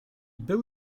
był